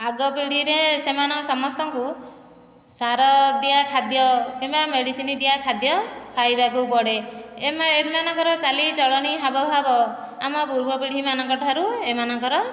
ଆଗ ପିଢ଼ୀରେ ସେମାନେ ସମସ୍ତଙ୍କୁ ସାର ଦିଆ ଖାଦ୍ୟ କିମ୍ବା ମେଡ଼ିସିନ ଦିଆ ଖାଦ୍ୟ ଖାଇବାକୁ ପଡ଼େ ଏମାଏମାନଙ୍କର ଚାଲିଚଳଣି ହାବଭାବ ଆମ ପୂର୍ବ ପିଢ଼ୀମାନଙ୍କଠାରୁ ଏମାନଙ୍କର